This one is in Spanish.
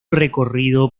recorrido